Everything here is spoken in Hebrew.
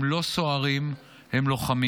הם לא סוהרים, הם לוחמים.